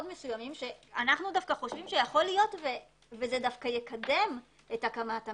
מסוימים שאנו חושבים שייתכן שיקדם דווקא את הקמת המתקן,